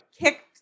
Kicked